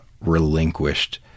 relinquished